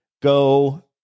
go